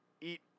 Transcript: eat